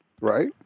Right